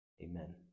Amen